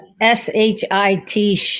s-h-i-t